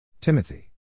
Timothy